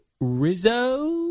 Rizzo